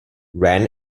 ran